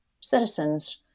citizens